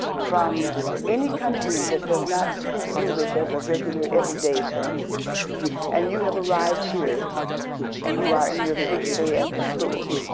from any country that does not speak english as a regular everyday thing and you have arrived here and you are in your first day at the school.